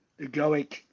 egoic